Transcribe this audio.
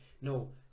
no